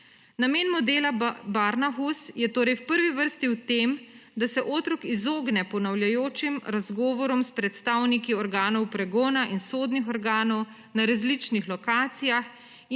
Namen modela Barnahus je torej v prvi vrsti v tem, da se otrok izogne ponavljajočim se razgovorom s predstavniki organov pregona in sodnih organov na različnih lokacijah,